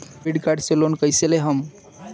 Debit card से loan कईसे लेहम?